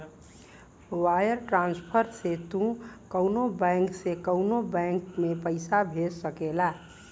wire transfer से तू कउनो बैंक से कउनो बैंक में पइसा भेज सकेला